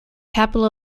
capital